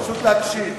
פשוט להקשיב.